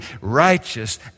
righteous